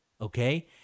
Okay